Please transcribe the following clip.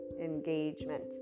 engagement